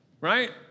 right